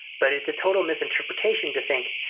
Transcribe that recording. but it's a total misinterpretation to think,